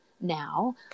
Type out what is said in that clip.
now